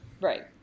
Right